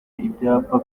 ibyapa